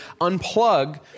unplug